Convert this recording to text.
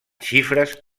xifres